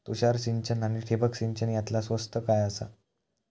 तुषार सिंचन आनी ठिबक सिंचन यातला स्वस्त काय आसा?